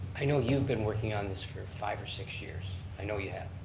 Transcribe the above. i know you've been working on this for five or six years, i know you have.